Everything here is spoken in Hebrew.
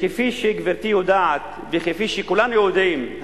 כפי שגברתי יודעת וכפי שכולנו יודעים,